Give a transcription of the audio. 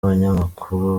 abanyamakuru